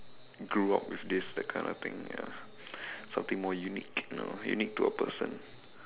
grew up with this kind of thing ya something more unique you know unique to a person